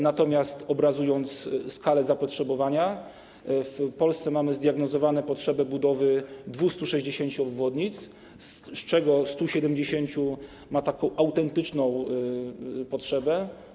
Natomiast obrazując skalę zapotrzebowania, w Polsce mamy zdiagnozowane potrzeby budowy 260 obwodnic, z czego 170 ma autentyczną potrzebę.